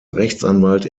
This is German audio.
rechtsanwalt